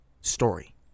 story